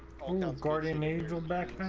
um you know guardian angel back